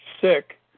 sick